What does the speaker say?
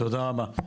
תודה רבה.